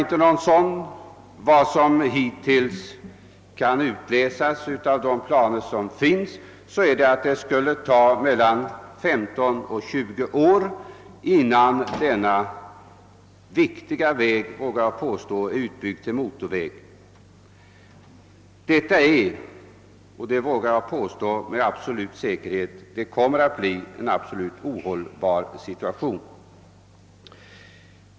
Enligt vad som kan utläsas av de hittillsvarande planerna skulle det ta 15—20 år innan denna, det vågar jag påstå, en av landets allra viktigaste vägar blir utbyggd till motorväg. Detta kommer med största säkerhet att medföra en absolut ohållbar situation.